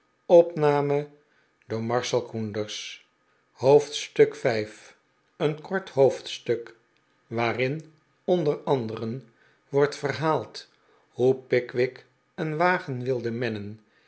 een kort hoofdstuk waarin onder anderen wordt verhaald hoe pickwick een wagen wilde mennen